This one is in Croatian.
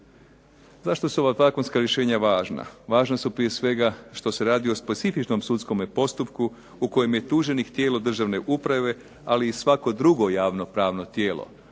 Zašto su ova zakonska rješenja važna? Važna su prije svega što se radi o specifičnom sudskome postupku u kojem je tuženik tijelo državne uprave, ali i svako drugo javno pravno tijelo.